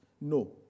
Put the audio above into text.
No